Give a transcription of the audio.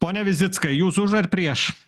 pone vizickai jūs už ar prieš